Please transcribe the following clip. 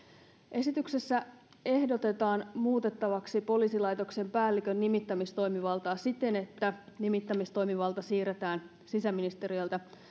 esityksessä ehdotetaan muutettavaksi poliisilaitoksen päällikön nimittämistoimivaltaa siten että nimittämistoimivalta siirretään sisäministeriöltä